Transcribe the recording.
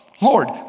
Lord